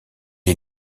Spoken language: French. est